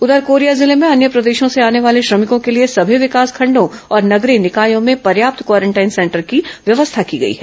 उधर कोरिया जिले में अन्य प्रदेशों से आने वाले श्रमिकों के लिए समी विकासखंडों और नगरीय निकायों में पर्याप्त क्वारेंटाइन सेंटर की व्यवस्था की गई है